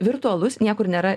virtualus niekur nėra